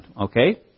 Okay